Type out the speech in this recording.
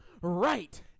right